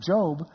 Job